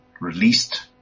released